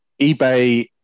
eBay